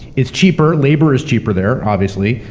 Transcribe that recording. it's cheaper. labor is cheaper there, obviously.